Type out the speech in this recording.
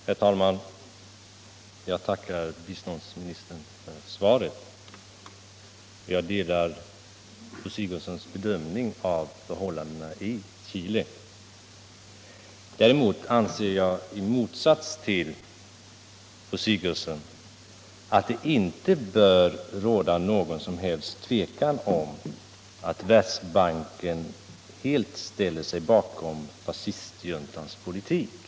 Herr talman! Jag tackar biståndsministern för svaret. Jag ansluter mig till fru Sigurdsens bedömning av förhållandena i Chile. Däremot anser jag, i motsats till biståndsministern, att det inte kan Om Sveriges medlemskap i Världsbanken Om Sveriges medlemskap i Världsbanken 170 råda något som helst tvivel om att Världsbanken helt ställer sig bakom fascistjuntans politik.